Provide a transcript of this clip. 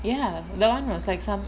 ya that [one] was like some